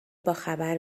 باخبر